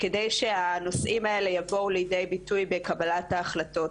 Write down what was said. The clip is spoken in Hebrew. כדי שהנושאים האלה יבואו לידי ביטוי בקבלת ההחלטות.